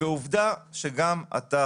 עובדה שגם אתה,